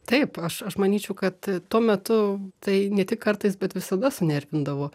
taip aš aš manyčiau kad tuo metu tai ne tik kartais bet visada sunervindavo